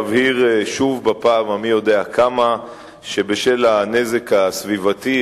אבהיר שוב בפעם המי-יודע-כמה שבשל הנזק הסביבתי,